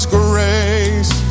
grace